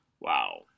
Wow